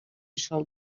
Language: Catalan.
sol